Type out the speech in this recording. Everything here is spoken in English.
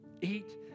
eat